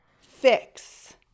fix